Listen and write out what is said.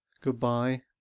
good-bye